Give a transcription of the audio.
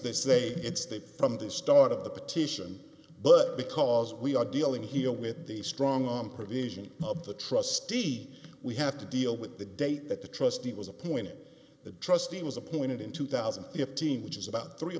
they say it's the from the start of the petition but because busy we are dealing here with the strong arm provision of the trustee we have to deal with the date that the trustee was appointed the trustee was appointed in two thousand and fifteen which is about three or